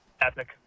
Epic